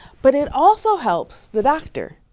but it also helps the doctor.